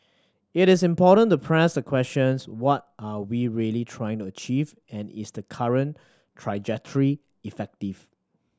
it is important to press the questions what are we really trying to achieve and is the current trajectory effective